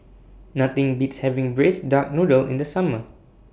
Nothing Beats having Braised Duck Noodle in The Summer